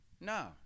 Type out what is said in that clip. No